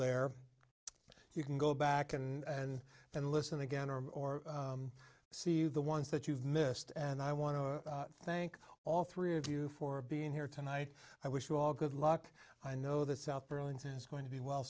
there you can go back and and listen again or see the ones that you've missed and i want to thank all three of you for being here tonight i wish you all good luck i know that south burlington is going to be well